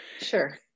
sure